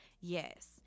Yes